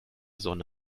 sonne